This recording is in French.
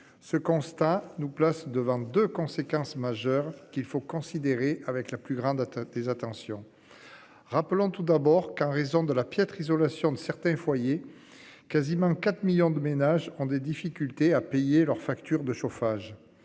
Ce constat nous place devant 2 conséquences majeures qu'il faut considérer avec la plus grande atteinte des attention. Rappelons tout d'abord qu'en raison de la piètre isolation de certains foyers quasiment 4 millions de ménages ont des difficultés à payer leur facture de chauffage.